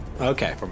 Okay